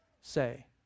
say